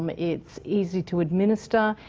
um it's easy to administer